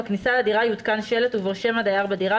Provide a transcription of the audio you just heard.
בכניסה לדירה יותקן שלט ובו שם הדייר בדירה,